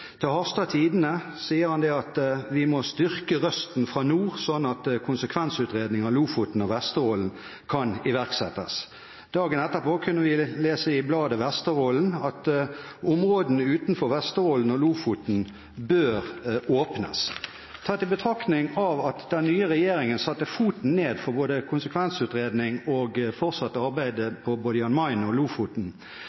Til Harstad Tidende sa han: «Vi må fortsatt styrke røsten fra nord, slik at konsekvensutredningen av Lofoten og Vesterålen kan komme.» Dagen etterpå kunne vi lese i bladet Vesterålen at områdene utenfor Vesterålen og Lofoten bør åpnes. Tatt i betraktning at den nye regjeringen satte foten ned for både konsekvensutredning og